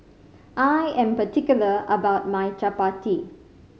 I am particular about my Chapati